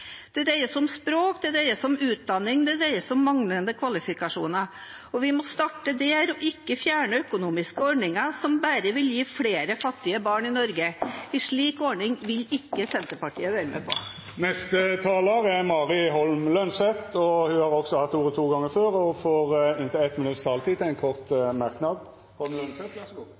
Det dreier seg om språk, det dreier seg om utdanning, det dreier seg om manglende kvalifikasjoner. Vi må starte der og ikke fjerne økonomiske ordninger som bare vil gi flere fattige barn i Norge. En slik ordning vil ikke Senterpartiet være med på. Mari Holm Lønseth har hatt ordet to gonger tidlegare og får ordet til ein kort merknad, avgrensa til 1 minutt. Jeg tror kanskje representanten Masud Gharahkhani har glemt hvem som styrer i Oslo. Det er ikke så